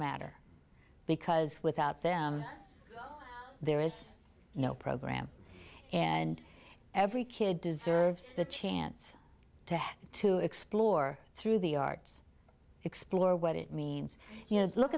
matter because without them there is no program and every kid deserves the chance to have to explore through the arts explore what it means you know look